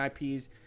IPs